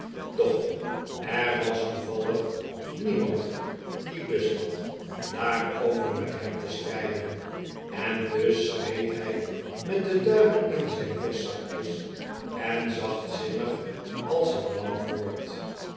doch er was toevallig niemand die lust had daarover met hem te strijden en dus schreed hij met de duimen in zijn vestzakjes en zachtzinnig als een lam voort